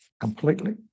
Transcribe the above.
completely